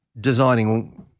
designing